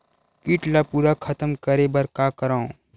कीट ला पूरा खतम करे बर का करवं?